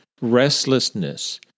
restlessness